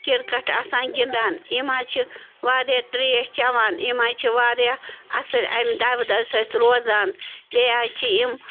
cricket آسان گِنٛدان یِم حظ چھِ واریاہ تریش چیٚوان یِم حظ چھِ واریاہ اصٕل امہِ دَو دوِ سۭتۍ روزان بیٚیہِ حظ چھِ یِم